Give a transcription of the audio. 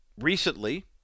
Recently